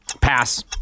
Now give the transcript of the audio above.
pass